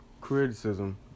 criticism